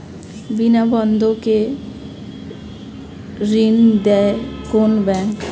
বিনা বন্ধক কে ঋণ দেয় কোন ব্যাংক?